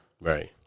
Right